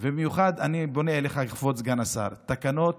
אני פונה אליך במיוחד, כבוד סגן השרה, תקנות